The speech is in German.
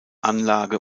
anlage